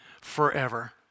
forever